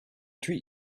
treat